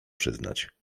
przyznać